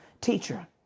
teacher